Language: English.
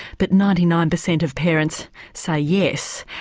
but ninety nine percent of parents say yes.